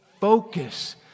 Focus